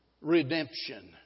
redemption